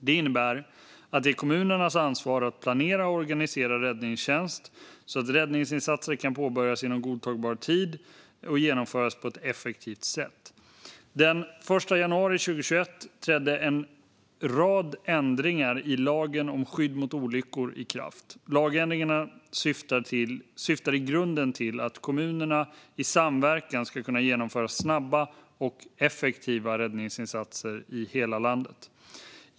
Det innebär att det är kommunernas ansvar att planera och organisera räddningstjänst så att räddningsinsatser kan påbörjas inom godtagbar tid och genomföras på ett effektivt sätt. Den 1 januari 2021 trädde en rad ändringar i lagen om skydd mot olyckor i kraft. Lagändringarna syftar i grunden till att kommunerna i samverkan ska kunna genomföra snabba och effektiva räddningsinsatser i hela landet.